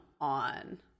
on